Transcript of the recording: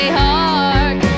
hark